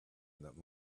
that